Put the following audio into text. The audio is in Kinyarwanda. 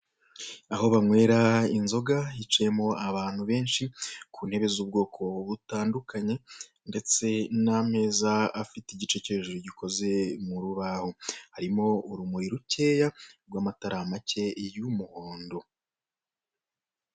Aho banywera inzoga hicaye abantu benshi ku ntebe z'ubwoko butandukanye ndetse n'ameza afite igice cyo hejuru gikoze mu rubaho harimo urumuri rukeye rw'amatara make y'umuhondo